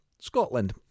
Scotland